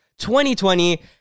2020